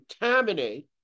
contaminate